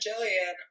Jillian